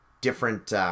different